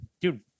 Dude